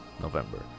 November